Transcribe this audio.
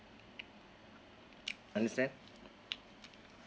understand